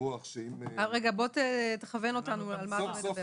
ברוח --- תכוון אותנו על מה אתה מדבר.